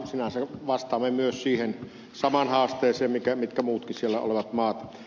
sinänsä vastaamme myös siihen samaan haasteeseen mihin muutkin siellä olevat maat